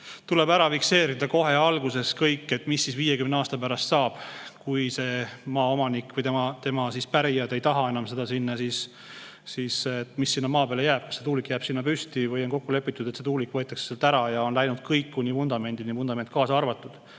tuleb ära fikseerida kohe alguses kõik, mis 50 aasta pärast saab. Kui maaomanik või tema pärijad ei taha enam seda sinna, siis mis sinna maa peale jääb? Kas see tuulik jääb sinna püsti või on kokku lepitud, et see tuulik võetakse sealt ära, [võetakse maha] kõik kuni vundamendini, vundament kaasa arvatud,